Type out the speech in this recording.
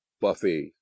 buffet